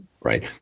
right